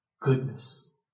Goodness